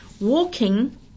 walking